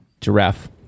Giraffe